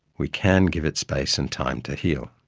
we can give it space and time to heal.